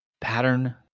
pattern